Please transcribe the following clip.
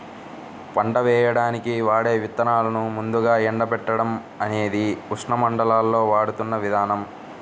పంట వేయడానికి వాడే విత్తనాలను ముందుగా ఎండబెట్టడం అనేది ఉష్ణమండలాల్లో వాడుతున్న విధానం